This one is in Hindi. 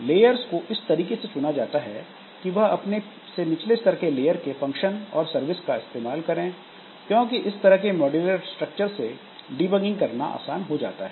लेयर्स को इस तरीके से चुना जाता है कि वह अपने से निचले स्तर के लेयर के फंक्शन और सर्विस का इस्तेमाल करें क्योंकि इस तरह के मॉड्यूलर स्ट्रक्चर से डीबगिंग करना आसान हो जाता है